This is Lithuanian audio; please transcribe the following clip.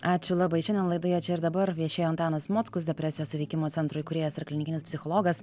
ačiū labai šiandien laidoje čia ir dabar viešėjo antanas mockus depresijos įveikimo centro įkūrėjas ir klinikinis psichologas